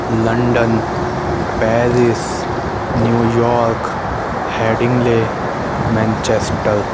London Paris New York Headingley Manchester